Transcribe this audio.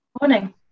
Morning